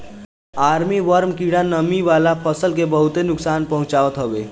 army worm कीड़ा नमी वाला फसल के बहुते नुकसान पहुंचावत हवे